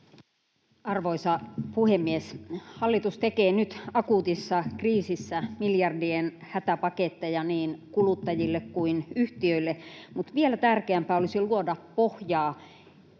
Arvoisa puhemies! Hallitus tekee nyt akuutissa kriisissä miljardien hätäpaketteja niin kuluttajille kuin yhtiöille, mutta vielä tärkeämpää olisi luoda pohjaa